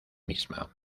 misma